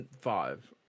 five